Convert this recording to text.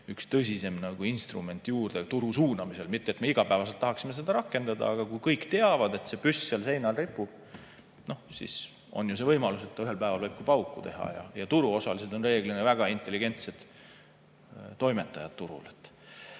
üks tõsisem instrument juurde turu suunamisel. Mitte et me igapäevaselt tahaksime seda rakendada, aga kui kõik teavad, et see püss seal seinal ripub, siis on ju võimalus, et ühel päeval võib see ka pauku teha. Turuosalised on reeglina väga intelligentsed toimetajad turul.